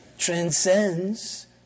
transcends